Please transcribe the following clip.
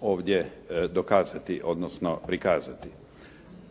ovdje dokazati, odnosno prikazati.